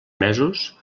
mesos